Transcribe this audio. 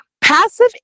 Passive